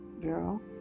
girl